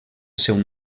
seu